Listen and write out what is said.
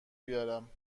بیارم